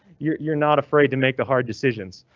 you're you're not afraid to make the hard decisions.